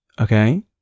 Okay